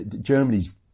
Germany's